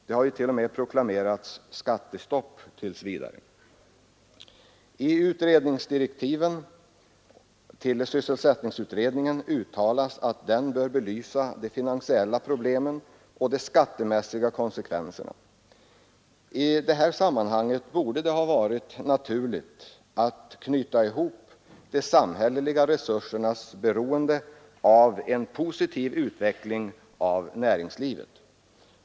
Det har t.o.m. proklamerats skattestopp tills vidare. I utredningsdirektiven till sysselsättningsutredningen sägs också att utredningen bör belysa de finansiella problemen och de skattemässiga konsekvenserna. I detta sammanhang borde det ha varit naturligt att knyta ihop de samhälleliga resursernas beroende av en positiv utveckling av näringslivet.